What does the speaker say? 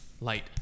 Light